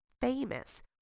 famous